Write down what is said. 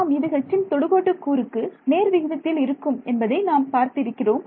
ஆம் இது Hன் தொடுகோடு கூறுக்கு நேர்விகிதத்தில் இருக்கும் என்பதை நாம் பார்த்து இருக்கிறோம்